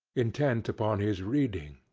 intent upon his reading.